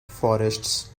forests